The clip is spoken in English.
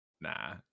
Nah